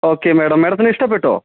okay madam മാഡത്തിന് ഇഷ്ടപ്പെട്ടോ